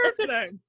today